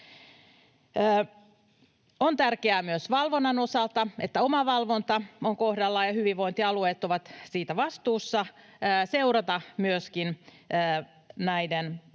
On tärkeää myös valvonnan osalta, että omavalvonta on kohdallaan, hyvinvointialueet ovat siitä vastuussa, ja tärkeää on seurata myöskin näiden